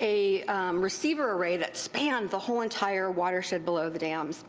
a receiver array that spanned the whole entire watershed below the dams.